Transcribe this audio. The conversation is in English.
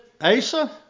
Asa